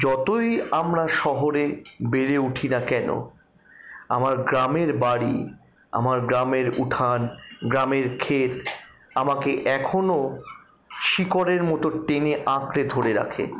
যতই আমরা শহরে বেড়ে উঠি না কেন আমার গ্রামের বাড়ি আমার গ্রামের উঠান গ্রামের ক্ষেত আমাকে এখনও শিকড়ের মতন টেনে আঁকড়ে ধরে রাখে